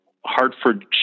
Hartford